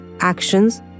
actions